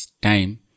time